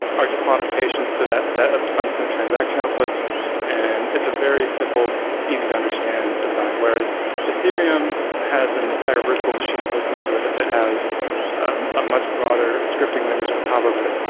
are just modifications to that set of unspent transaction outputs and it's a very simple easy-to-understand design. whereas ethereum has an entire virtual machine built into it. it has a much broader scripting language on top of it.